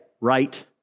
right